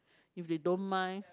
if they don't mind